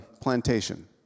plantation